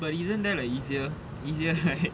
but isn't that a easier easier right